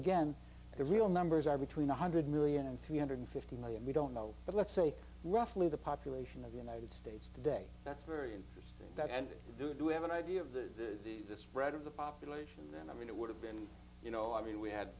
again the real numbers are between one hundred million and three hundred fifty million we don't know but let's say roughly the population of the united states today that's very interesting that and you do have an idea of the the the spread of the population and i mean it would have been you know i mean we had